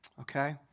Okay